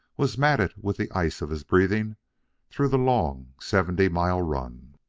was matted with the ice of his breathing through the long seventy-mile run.